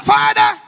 Father